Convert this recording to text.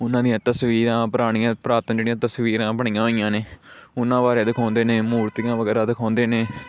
ਉਨ੍ਹਾਂ ਦੀਆਂ ਤਸਵੀਰਾਂ ਪੁਰਾਣੀਆਂ ਪੁਰਾਤਨ ਜਿਹੜੀਆਂ ਤਸਵੀਰਾਂ ਬਣੀਆਂ ਹੋਈਆਂ ਨੇ ਉਨ੍ਹਾਂ ਬਾਰੇ ਦਿਖਾਉਂਦੇ ਨੇ ਮੂਰਤੀਆਂ ਵਗੇਰਾ ਦਿਖਾਉਂਦੇ ਨੇ